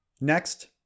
Next